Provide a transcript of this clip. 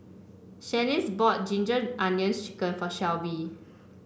Shaniece bought Ginger Onions chicken for Shelby